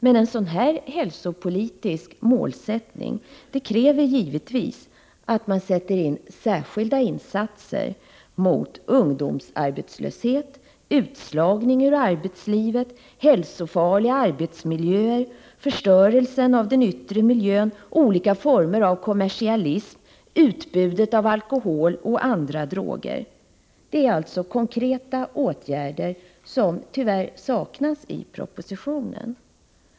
Men en sådan hälsopolitisk målsättning kräver givetvis att särskilda insatser sätts in mot ungdomsarbetslöshet, utslagning ur arbetslivet, hälsofarliga arbetsmiljöer, förstörelse av den yttre miljön, olika former av kommersialism, utbudet av alkohol och andra droger. Det är alltså konkreta åtgärder — som tyvärr saknas i propositionen.